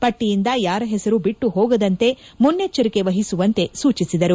ಪಟ್ಟಿಯಿಂದ ಯಾರ ಹೆಸರೂ ಬಿಟ್ಟು ಹೋಗದಂತೆ ಮುನ್ನೆಚ್ಚರಿಕೆ ವಹಿಸುವಂತೆ ಸೂಚಿಸಿದರು